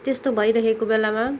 त्यस्तो भइरहेको बेलामा